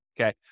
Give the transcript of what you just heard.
okay